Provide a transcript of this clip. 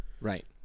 Right